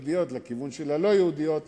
שקלים של חוב המועצות המקומיות הדרוזיות,